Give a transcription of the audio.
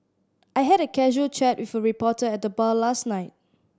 I had a casual chat with a reporter at the bar last night